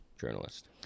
journalist